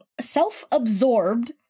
self-absorbed